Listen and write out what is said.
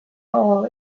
hall